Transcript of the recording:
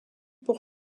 pour